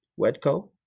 WEDCO